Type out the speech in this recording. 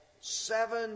seven